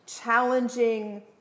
challenging